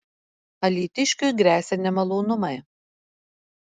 alytiškiui gresia nemalonumai